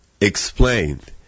explained